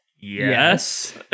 Yes